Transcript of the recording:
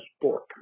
sport